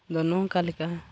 ᱫᱚ ᱱᱚᱝᱠᱟ ᱞᱮᱠᱟ